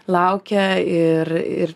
laukia ir